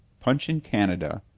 punch in canada,